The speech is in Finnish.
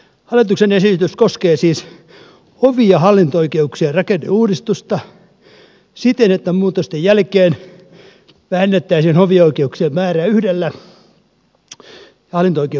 hallituksen esitys koskee siis hovi ja hallinto oikeuksien rakenneuudistusta siten että muutosten jälkeen vähennettäisiin hovioikeuksien määrää yhdellä hallinto oikeuksien määrää kahdella